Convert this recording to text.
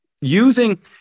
using